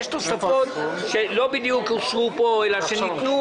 יש תוספות שלא בדיוק אושרו פה אלא ניתנו